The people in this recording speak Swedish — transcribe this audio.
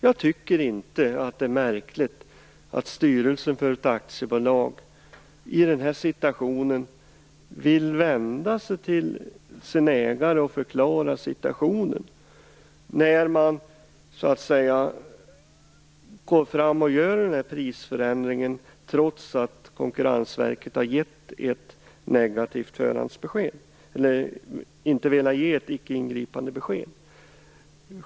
Jag tycker inte att det är märkligt att styrelsen för ett aktiebolag i den här situationen vill vända sig till sina ägare och förklara läget när man genomför prisförändringen trots att Konkurrensverket har gett ett negativt förhandsbesked - eller inte velat ge ett icke-ingripande besked.